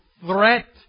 threat